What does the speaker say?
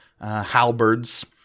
halberds